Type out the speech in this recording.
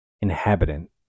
inhabitant